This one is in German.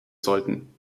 sollten